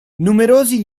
numerosi